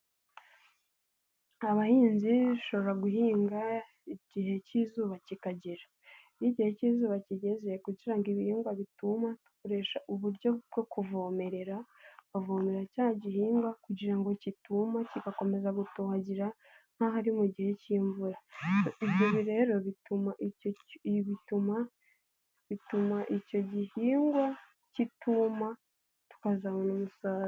Abahinzi bashobora guhinga igihe cy'izuba kikagera. Iyo igihe cy'izuba kigeze kugira ngo ibihingwa bituma, dukoresha uburyo bwo kuvomerera, ukavomera cya gihingwa kugira ngo kituma kigakomeza gutohagira, nkaho ari mu gihe k'imvura. Ibyo rero bituma icyo bituma icyo gihingwa kituma, tukazabona umusaruro.